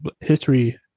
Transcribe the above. history